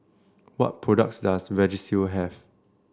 what products does Vagisil have